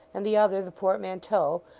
and the other the portmanteau,